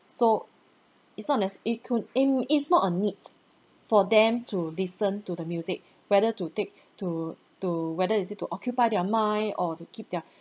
so it's not necess~ it could im~ it's not a need for them to listen to the music whether to take to to whether is it to occupy their mind or to keep their